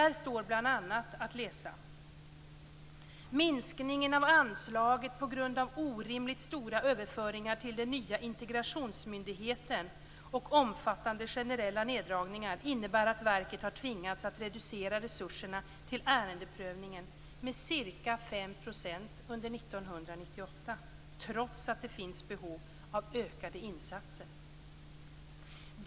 Där står bl.a.: Minskningen av anslaget på grund av orimligt stora överföringar till den nya integrationsmyndigheten och omfattande generella neddragningar innebär att verket har tvingats att reducera resurserna till ärendeprövningen med ca 5 % under 1998 - trots att det finns behov av ökade insatser.